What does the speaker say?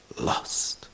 lost